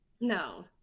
No